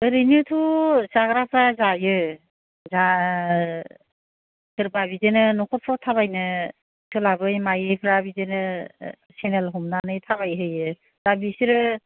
ओरैनोथ' जाग्राफ्रा जायो दा सोरबा बिदिनो नखरफ्राव थाबायनो सोलाबै मायैफ्रा बिदिनो चेनेल हमनानै थाबायहोयो दा बिसोरो